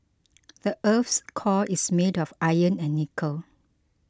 the earth's core is made of iron and nickel